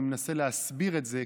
אני מנסה להסביר את זה,